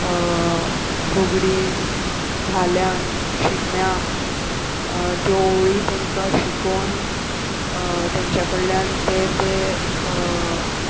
फुगडीन धाल्यान शिगम्याक त्यो ओळी तांकां शिकोवन तांच्या कडल्यान ते ते